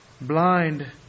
blind